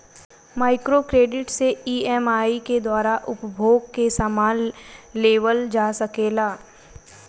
micro credit से EMI के द्वारा उपभोग के समान लेवल जा सकेला